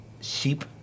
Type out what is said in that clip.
sheep